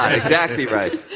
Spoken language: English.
exactly right.